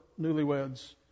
newlyweds